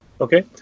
Okay